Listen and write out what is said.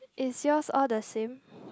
is yours all the same